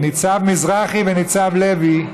ניצב מזרחי וניצב לוי.